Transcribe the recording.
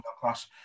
class